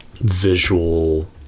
visual